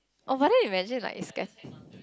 oh but then imagine like is scat~